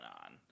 on